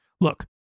Look